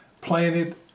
Planted